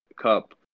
cup